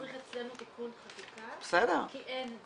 כרגע --- הקצבת 80/20 מצריך אצלנו תיקון חקיקה כי אין את זה.